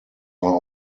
are